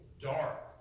dark